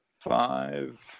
five